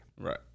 Right